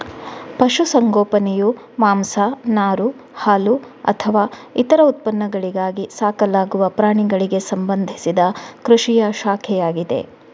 ಪಶು ಸಂಗೋಪನೆಯು ಮಾಂಸ, ನಾರು, ಹಾಲುಅಥವಾ ಇತರ ಉತ್ಪನ್ನಗಳಿಗಾಗಿ ಸಾಕಲಾಗುವ ಪ್ರಾಣಿಗಳಿಗೆ ಸಂಬಂಧಿಸಿದ ಕೃಷಿಯ ಶಾಖೆಯಾಗಿದೆ